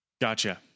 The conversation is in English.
Gotcha